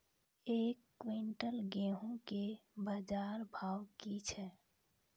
एक क्विंटल गेहूँ के बाजार भाव की छ?